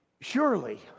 Surely